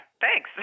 Thanks